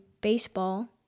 baseball